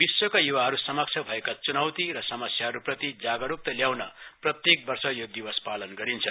विश्वमा य्वाहरू समक्ष एभका च्नौति र समस्याहरूप्रति जागरूकता ल्याउन प्रत्येक वर्ष यो दिवस पालन गरिन्छ